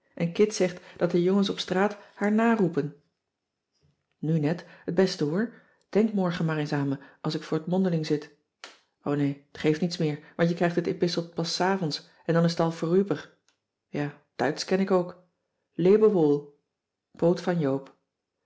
en kit zegt dat de jongens op straat haar naroepen cissy van marxveldt de h b s tijd van joop ter heul nu net het beste hoor denk morgen maar eens aan me als ik voor t mondeling zit o nee t geeft niets meer want je krijgt dit epistel pas s avonds en dan is t al vorüber ja duitsch ken ik ook lebe wohl poot van joop